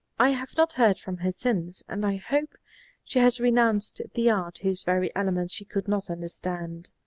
i have not heard from her since, and i hope she has renounced the art whose very elements she could not understand.